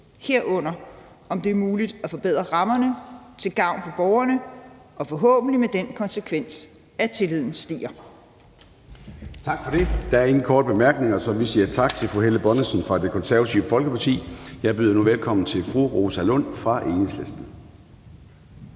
herunder om det er muligt at forbedre rammerne til gavn for borgerne og forhåbentlig med den konsekvens, at tilliden stiger. Kl. 13:49 Formanden (Søren Gade): Der er ingen korte bemærkninger, så vi siger tak til fru Helle Bonnesen fra Det Konservative Folkeparti. Jeg byder nu velkommen til fru Rosa Lund fra Enhedslisten.